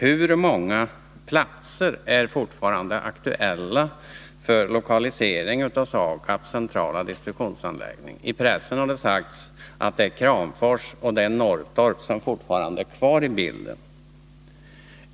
Hur många platser är fortfarande aktuella för lokalisering av SAKAB:s centrala destruktionsanläggning? I pressen har det sagts att det är Kramfors och Norrtorp som fortfarande är kvar i bilden.